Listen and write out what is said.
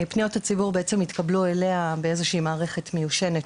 פניות הציבור התקבלו אליה באיזושהי מערכת מיושנת,